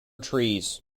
trees